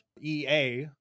EA